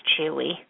chewy